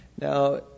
Now